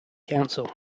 council